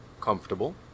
comfortable